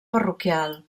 parroquial